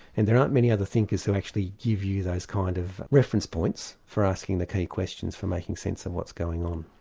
and there aren't many other thinkers who actually give you those kind of reference points for asking the key questions, for making sense of what's going on.